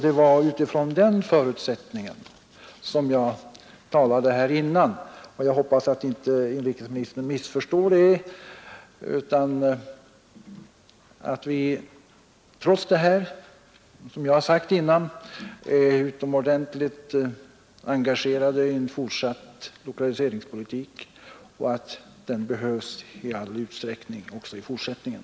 Det var utifrån den förutsättningen som jag talade här förut, och jag hoppas att inrikesministern inte missförstod det utan att han har klart för sig att vi trots det som jag sade förut är utomordentligt engagerade i en fortsatt lokaliseringspolitik och att den behövs i all utsträckning även i fortsättningen.